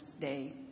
day